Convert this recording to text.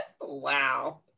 Wow